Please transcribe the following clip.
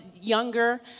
younger